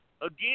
again